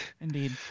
Indeed